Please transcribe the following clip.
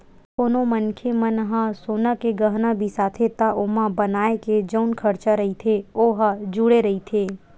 कोनो मनखे मन ह सोना के गहना बिसाथे त ओमा बनाए के जउन खरचा रहिथे ओ ह जुड़े रहिथे